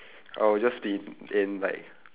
I would just be in like